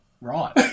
right